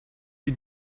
you